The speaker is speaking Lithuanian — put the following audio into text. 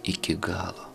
iki galo